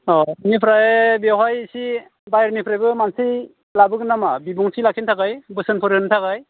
अह बिनिफ्राय बेवहाय इसे बाहेरनिफ्राबो मानसि लाबोगोन नामा बिबुंथि लाखिनो थाखाय बोसोनफोर होनो थाखाय